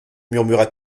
murmura